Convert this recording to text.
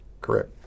Correct